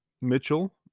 Mitchell